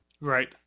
Right